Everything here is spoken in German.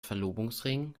verlobungsring